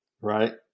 right